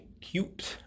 cute